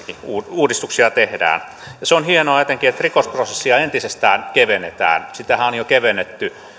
uudistuksia tehdään hienoa on etenkin se että rikosprosessia entisestään kevennetään sitähän on jo kevennetty